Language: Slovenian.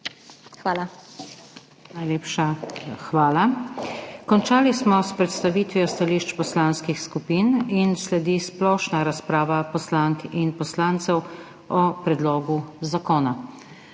Najlepša hvala. Končali smo s predstavitvijo stališč poslanskih skupin in sledi splošna razprava poslank in poslancev o predlogu zakona.